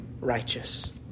righteous